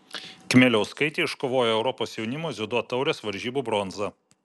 kmieliauskaitė iškovojo europos jaunimo dziudo taurės varžybų bronzą